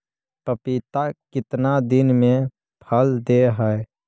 पपीता कितना दिन मे फल दे हय?